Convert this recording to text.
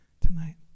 tonight